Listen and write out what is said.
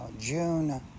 June